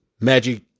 Magic